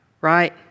right